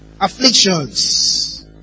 Afflictions